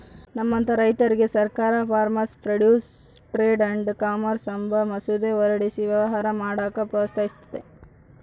ನಮ್ಮಂತ ರೈತುರ್ಗೆ ಸರ್ಕಾರ farmers produce trade and commerce ಅಂಬ ಮಸೂದೆ ಹೊರಡಿಸಿ ವ್ಯವಸಾಯ ಮಾಡಾಕ ಪ್ರೋತ್ಸಹಿಸ್ತತೆ